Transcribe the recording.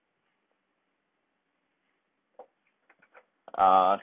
uh